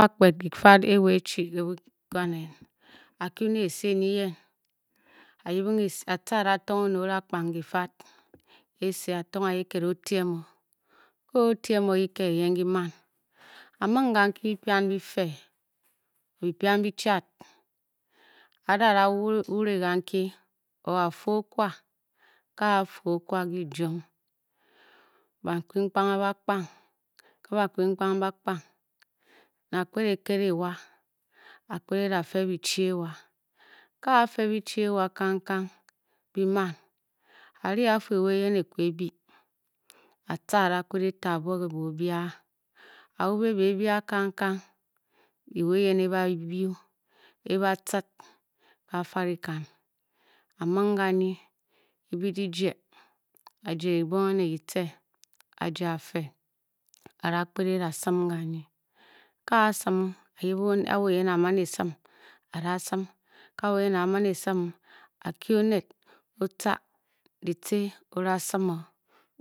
Ba kped kifad ewa e-chi ke bokyi kwan nen, akyu ne esi nyi yen, a-yibing esi a-tca a-datong oned o-da kpang kifad a-tong a kiked o-tiem o, o-o tiem o kiked kiyen ki man, a-ming kanki byipian bife byipian bichad a-da a-da wure wure ganki or a-fe okwa, ke a fe okwa, ban kpin kpang ba ba kpang, a-ban kpin kpang ba da kpang ne akped ked ewa, akped da-fe bichi ewa ke a-fe bi chi ewa kangkang bi-man. a-ri a-fuu, ewa eyen e-kwu e-bii a-tca a-da kped e-ta abuo ke boebia a-wube bebia kangkang ewa, eyen e-ba yuu e-ba tcid ka fa dikan a-ming ganyi ki byi kijie a jie dibonghe ne kitce, ayie. Afe, a-da kped e da sim kanyi, a-a sim a-yibě o, ke wo yen a a man e-sim a da sim, ke woyen a-a man e-sim, a-kie oned o-tca ditce, o-da sim o,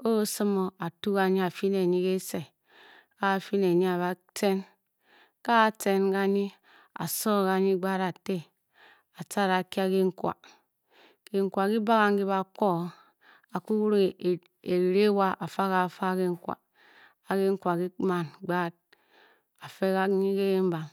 o-osim o. a-twie ganyi a-fyi ne nyi a-ba tcen, ke a-tcen ganyi a-so ganyi gbad a-te, a-tca a da kye kehn kwa, kehn kwa ki-bagangiki ba a kwa o. a-kwu wúrè e rire ewa a-fa ka fa kehn kwa a-kehn kwa ki man gbaad a-fe ganyi ke genbam